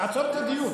תעצור את הדיון.